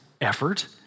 effort